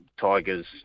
Tigers